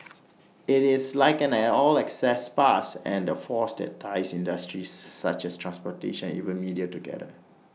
IT is like an 'all access pass' and the force that ties industries such as transportation even media together